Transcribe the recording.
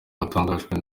watangijwe